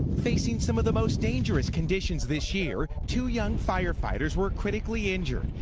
facing some of the most dangerous conditions this year, two young firefighters were critically injured.